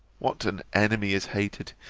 what an enemy is hatred,